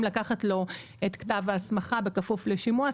לקחת לו את כתב ההסמכה בכפוף לשימוע.